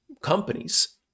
companies